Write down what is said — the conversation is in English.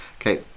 Okay